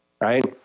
right